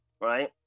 right